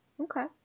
Okay